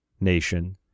nation